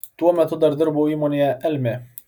tuo metu dar dirbau įmonėje elmė